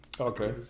Okay